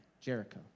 Jericho